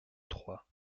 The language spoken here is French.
trois